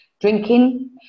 drinking